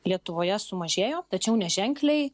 lietuvoje sumažėjo tačiau neženkliai